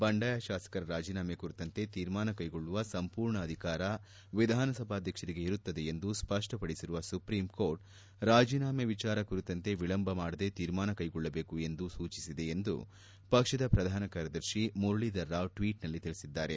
ಬಂಡಾಯ ಶಾಸಕರ ರಾಜೀನಾಮೆ ಕುರಿತಂತೆ ತೀರ್ಮಾನ ಕೈಗೊಳ್ಳುವ ಸಂಪೂರ್ಣ ಅಧಿಕಾರ ವಿಧಾನಸಭಾಧಕ್ಷರಿಗೆ ಇರುತ್ತದೆ ಎಂದು ಸ್ವಷ್ಷಪಡಿಸಿರುವ ಸುಪ್ರೀಂ ಕೋರ್ಟ್ ರಾಜೀನಾಮೆ ವಿಚಾರ ಕುರಿತಂತೆ ವಿಳಂಬ ಮಾಡದೆ ತೀರ್ಮಾನ ಕೈಗೊಳ್ಳಬೇಕು ಎಂದೂ ಸೂಚಿಸಿದೆ ಎಂದು ಪಕ್ಷದ ಪ್ರಧಾನ ಕಾರ್ಯದರ್ಶಿ ಮುರಳೀಧರ್ ರಾವ್ ಟ್ನೀಟ್ನಲ್ಲಿ ತಿಳಿಸಿದ್ದಾರೆ